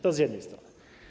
To z jednej strony.